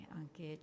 anche